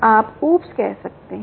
आप OOPs कह सकते हैं